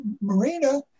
Marina